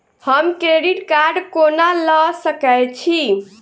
हम credit card कोना लऽ सकै छी?